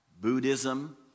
Buddhism